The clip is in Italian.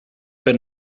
per